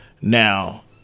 Now